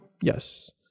Yes